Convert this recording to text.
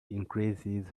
increases